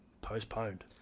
postponed